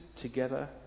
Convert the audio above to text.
together